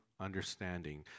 understanding